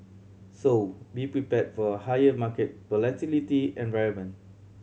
so be prepared for a higher market volatility environment